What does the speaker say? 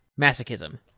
Masochism